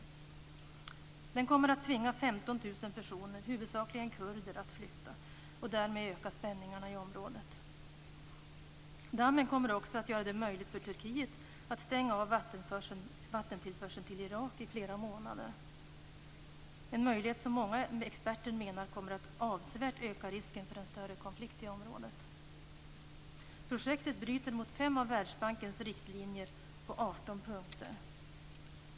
Dammen kommer att tvinga 15 000 personer, huvudsakligen kurder, att flytta och därmed öka spänningarna i området. Dammen kommer också att göra det möjligt för Turkiet att i flera månader stänga av vattentillförseln till Irak, en möjlighet som många experter menar kommer att avsevärt öka risken för en större konflikt i området. Projektet bryter mot fem av Världsbankens riktlinjer på 18 punkter.